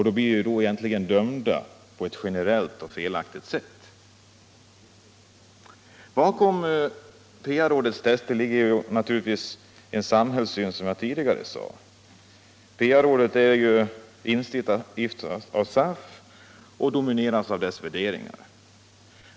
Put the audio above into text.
De blir sålunda egentligen dömda på ett generellt och felaktigt sätt. Bakom PA-rådets tester ligger naturligtvis, som jag tidigare påpekat, en viss samhällssyn. PA-rådet är ju instiftat av SAF och domineras av dess värderingar.